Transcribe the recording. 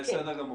בסדר.